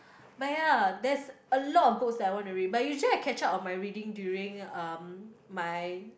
but ya there's a lot of books that I want to read but usually I catch up on my reading during um my